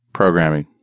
programming